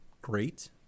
great